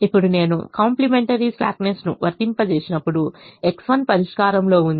ఇప్పుడు నేను కాంప్లిమెంటరీ స్లాక్నెస్ను వర్తింపజేసినప్పుడు X1 పరిష్కారంలో ఉంది